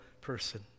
person